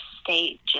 state